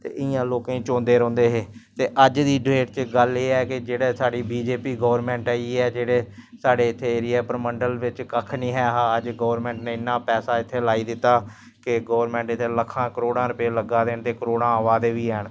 ते इयां लोकेंई चोंदे रौंह्दे हे ते अज्ज दी डेट च गल्ल एह् ऐ के जेह्ड़ी साढ़ी बी जे पी गौरमैंट आई ऐ साढ़े इत्थें एरियै परमंडल बिच्च कक्ख नी ऐ हा अज्ज गौरमैंट ने इन्ना पैसा इत्थें लाई दित्ता ते गौरमैंटां इत्थें लक्खां करोड़ां रपे लग्गा दे न ते करोड़ां अवा दे बी हैन